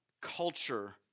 culture